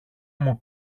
μου